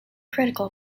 critical